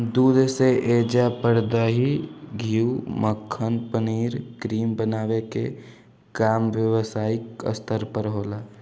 दूध से ऐइजा पर दही, घीव, मक्खन, पनीर, क्रीम बनावे के काम व्यवसायिक स्तर पर होला